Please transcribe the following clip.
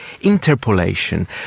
interpolation